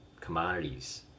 commodities